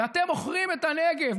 אתם מוכרים את הנגב,